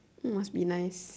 !wow! must be nice